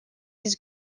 his